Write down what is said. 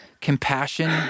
compassion